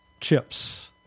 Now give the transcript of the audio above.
chips